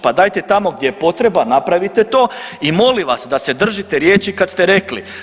Pa dajte tamo gdje je potreba, napravite to i molim vas da se držite riječi kad ste rekli.